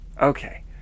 Okay